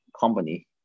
Company